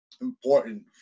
important